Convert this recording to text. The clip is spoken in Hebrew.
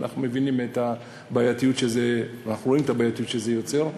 אנחנו מבינים את הבעייתיות ואנחנו רואים את הבעייתיות שזה יוצר.